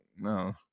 No